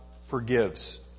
forgives